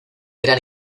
gran